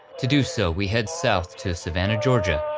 to do so we head south to savannah georgia,